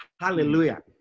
Hallelujah